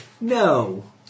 no